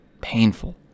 painful